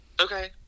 Okay